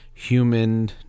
human